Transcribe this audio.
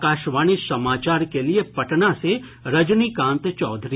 आकाशवाणी समाचार के लिए पटना से रजनीकांत चौधरी